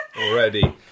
Already